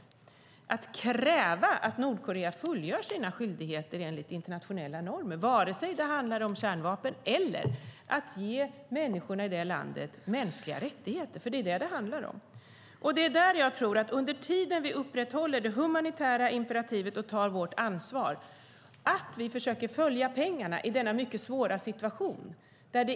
Det handlar om att kräva att Nordkorea fullgör sina skyldigheter enligt internationella normer oavsett om det handlar om kärnvapen eller att ge människorna i landet mänskliga rättigheter. Det är det som det handlar om. Under tiden som vi upprätthåller det humanitära imperativet och tar vårt ansvar är det viktigt att vi försöker följa pengarna i denna mycket svåra situation.